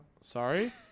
Sorry